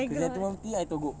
kasi tuang tea I teguk